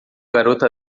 garoto